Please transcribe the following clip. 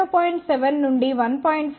7 నుండి 1